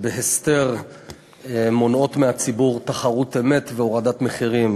שבהסתר מונעות מהציבור תחרות אמת והורדת מחירים.